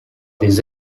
des